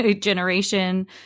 generation